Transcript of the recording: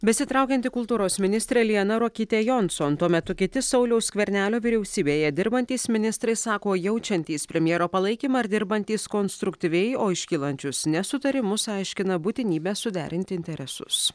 besitraukianti kultūros ministrė liana ruokytė jonson tuo metu kiti sauliaus skvernelio vyriausybėje dirbantys ministrai sako jaučiantys premjero palaikymą ir dirbantys konstruktyviai o iškylančius nesutarimus aiškina būtinybe suderinti interesus